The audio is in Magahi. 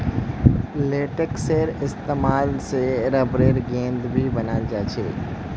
लेटेक्सेर इस्तेमाल से रबरेर गेंद भी बनाल जा छे